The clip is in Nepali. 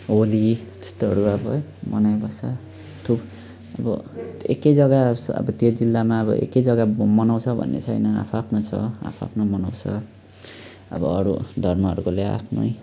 होली त्यस्तोहरू अब है मनाइबस्छ थु अब एकै जग्गा अब त्यो जिल्लामा अब एकै जग्गा मनाउँछ भन्ने छैन आफआफ्नो छ आफआफ्नो मनाउँछ अब अरू धर्महरूकोले आफ्नै